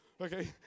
okay